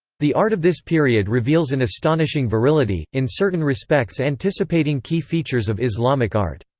the art of this period reveals an astonishing virility, in certain respects anticipating key features of islamic art.